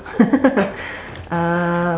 uh